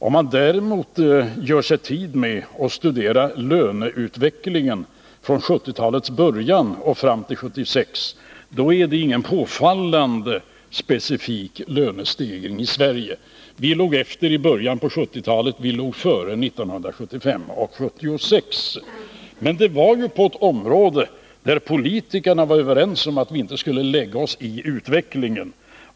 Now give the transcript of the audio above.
Om man däremot ger sig tid att studera löneutvecklingen från 1970-talets början och fram till 1976, finner man att det inte är någon påfallande specifik lönestegring i Sverige. Vi låg efter i början av 1970-talet, vi låg före 1975 och 1976. Men det här var på ett område där politikerna var överens om att vi inte skulle lägga oss i utvecklingen.